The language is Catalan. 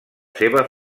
seva